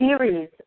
series